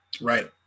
Right